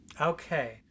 okay